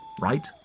right